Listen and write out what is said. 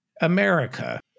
America